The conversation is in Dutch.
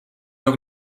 ook